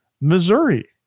Missouri